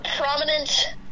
prominent